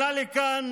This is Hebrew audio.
עלה לכאן